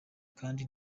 kandi